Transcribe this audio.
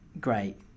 great